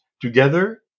together